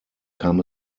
kam